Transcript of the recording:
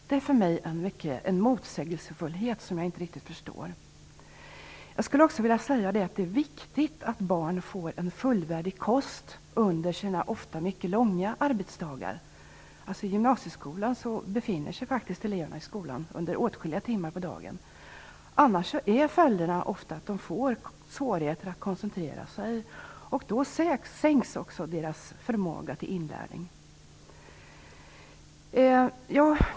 Det är för mig en motsägelsefullhet som jag inte riktigt förstår. Det är viktigt att barn får en fullvärdig kost under sina ofta mycket långa arbetsdagar. I gymnasieskolan befinner sig eleverna i skolan under åtskilliga timmar på dagen. Annars blir ofta följderna att de får svårigheter att koncentrera sig, och då minskar också deras förmåga till inlärning.